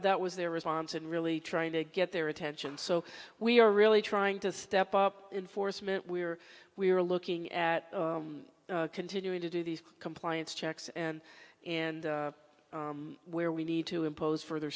that was their response and really trying to get their attention so we are really trying to step up in force minute we are we are looking at continuing to do these compliance checks and and where we need to impose further